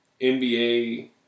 NBA